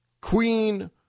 Queen